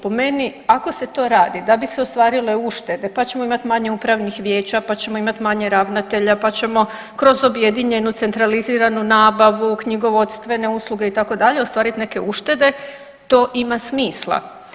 Po meni, ako se to radi da bi se ostvarile uštede, pa ćemo imati manje upravnih vijeća, pa ćemo imati manje ravnatelja, pa ćemo kroz objedinjenu centraliziranu nabavu, knjigovodstvene usluge, itd., ostvariti neke uštede, to ima smisla.